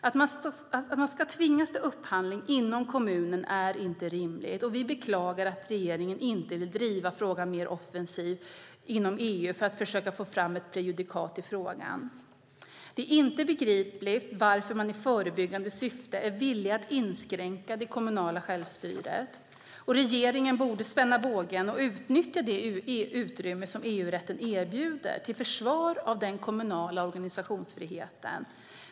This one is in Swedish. Att man ska tvingas till upphandling inom kommunen är inte rimligt. Vi beklagar att regeringen inte vill driva frågan mer offensivt inom EU för att försöka få fram ett prejudikat i frågan. Det är inte begripligt varför man i förebyggande syfte är villig att inskränka det kommunala självstyret. Regeringen borde spänna bågen och utnyttja det utrymme som EU-rätten erbjuder till försvar av den kommunala organisationsfriheten.